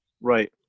Right